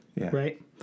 right